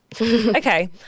Okay